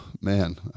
man